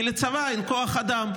כי לצבא אין כוח אדם.